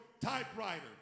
typewriter